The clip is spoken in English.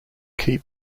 keep